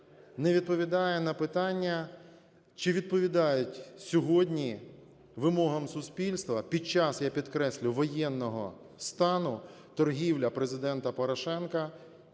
Не відповідає на питання, чи відповідають сьогодні вимогам суспільства під час, я підкреслюю, воєнного стану торгівля Президента Порошенка